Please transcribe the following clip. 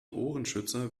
ohrenschützer